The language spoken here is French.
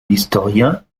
l’historien